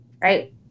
right